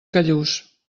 callús